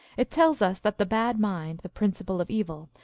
it tells us that the bad mind, the principle of evil,